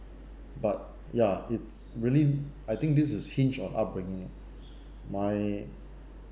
but ya it's really I think this is a hinge of upbringing my